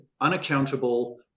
unaccountable